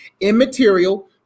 immaterial